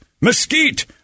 mesquite